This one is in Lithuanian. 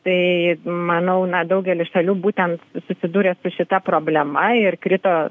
tai manau na daugelis šalių būtent susidūrė su šita problema ir krito